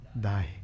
die